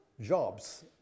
jobs